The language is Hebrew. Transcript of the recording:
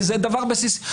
זה דבר בסיסי.